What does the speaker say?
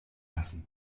lassen